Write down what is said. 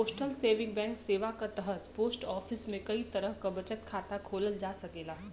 postal saving bank सेवा क तहत पोस्ट ऑफिस में कई तरह क बचत खाता खोलल जा सकेला